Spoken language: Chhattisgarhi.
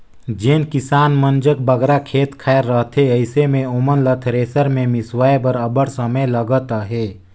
जेन किसान मन जग बगरा खेत खाएर रहथे अइसे मे ओमन ल थेरेसर मे मिसवाए बर अब्बड़ समे लगत अहे